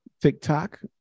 TikTok